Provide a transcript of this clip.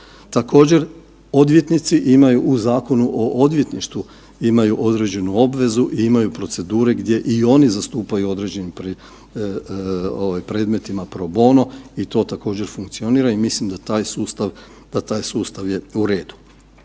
Također, odvjetnici imaju u Zakonu o odvjetništvu, imaju određenu obvezu i imaju procedure gdje i oni zastupaju u određenim predmetima pro bono i to također, funkcionira i mislim da taj sustav je u redu.